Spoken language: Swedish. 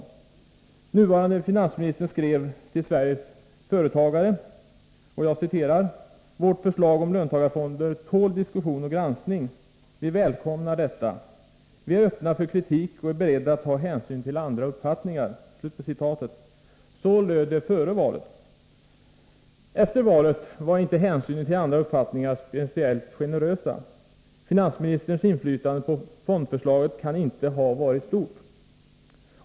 Den nuvarande finansministern skrev till Sveriges företagare: ”Vårt förslag om löntagarfonder tål diskussion och granskning. Vi välkomnar detta —- vi är öppna för kritik och är beredda att ta hänsyn till andra uppfattningar.” Så löd det före valet. Efter valet var inte hänsynen till andra uppfattningar speciellt generös. Finansministerns inflytande på fondförslaget kan inte ha varit stort.